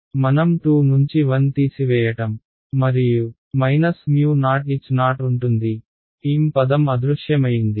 మనం 2 నుంచి 1 తీసివేయటం మరియు OHo ఉంటుందిM పదం అదృశ్యమయింది